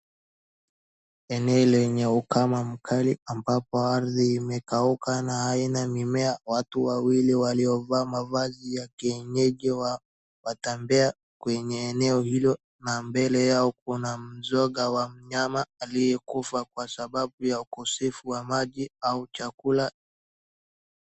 Eneo lenye ukame mkali ambapo ardhi imekauka na haina mimea, watu wawili waliovaa mavazi ya kienyeji watembea kwenye eneo hilo na mbele yao kuna mzoga wa mnyama aliyekufa kwa sababu ya ukosefu wa maji au chakula.